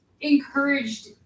encouraged